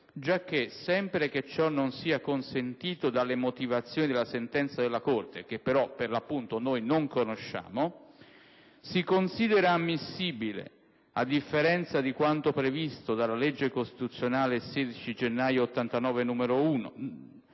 giacché, sempre che ciò non sia consentito dalle motivazioni della sentenza della Corte (che però, per l'appunto, non conosciamo), si considera ammissibile, a differenza di quanto previsto dalla legge costituzionale 16 gennaio 1989, n. 1,